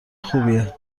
خوبیه